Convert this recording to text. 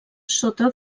sota